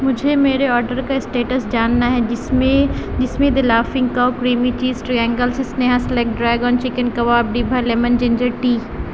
مجھے میرے اوڈر کا اسٹیٹس جاننا ہے جس میں جس میں the laughing cow creamy cheese triangles سنیہا سلیکٹ ڈریگن چکن کباب ڈیبھا لیمن جنجر ٹی